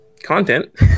content